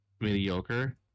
mediocre